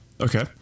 Okay